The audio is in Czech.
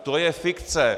To je fikce!